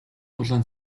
улаан